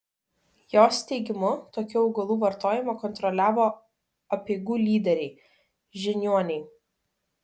jos teigimu tokių augalų vartojimą kontroliavo apeigų lyderiai žiniuoniai